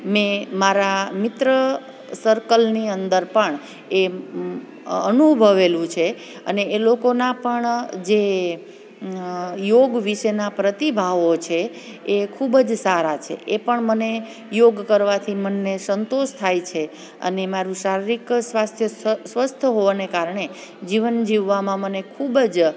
મેં મારા મિત્ર સર્કલની અંદર પણ એ અનુભવેલું છે અને એ લોકોના પણ જે યોગ વિશેના પ્રતિભાવો છે એ ખૂબજ સારા છે એ પણ મને યોગ કરવાથી મનને સંતુષ્ટ થાય છે અને મારું શારીરિક સ્વાસ્થ્ય સ્વસ્થ હોવાને કારણે જીવન જીવવામાં મને ખૂબજ